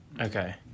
Okay